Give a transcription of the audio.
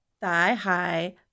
thigh-high